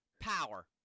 power